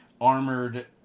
armored